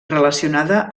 relacionada